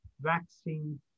vaccine